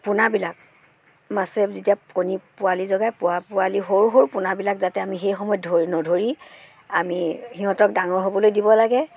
পোনাবিলাক মাছে যেতিয়া কণী পোৱালি জগাই প পোৱালি সৰু সৰু পোনাবিলাক যাতে আমি সেইসময়ত ধ নধৰি আমি সিহঁতক ডাঙৰ হ'বলৈ দিব লাগে